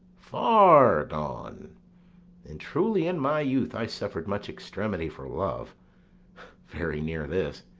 far gone and truly in my youth i suffered much extremity for love very near this.